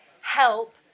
help